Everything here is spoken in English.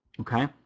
Okay